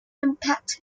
impact